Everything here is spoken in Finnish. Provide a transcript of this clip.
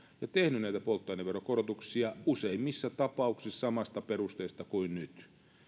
ja tehnyt näitä polttoaineveron korotuksia useimmissa tapauksissa samasta perusteesta kuin nyt